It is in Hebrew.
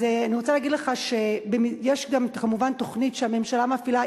אז אני רוצה להגיד לך שיש גם כמובן תוכנית שהממשלה מפעילה,